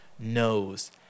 knows